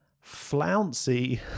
flouncy